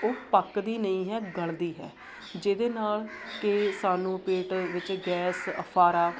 ਉਹ ਪੱਕਦੀ ਨਹੀਂ ਹੈ ਗਲਦੀ ਹੈ ਜਿਹਦੇ ਨਾਲ ਕਿ ਸਾਨੂੰ ਪੇਟ ਵਿੱਚ ਗੈਸ ਅਫਾਰਾ